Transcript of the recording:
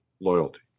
loyalty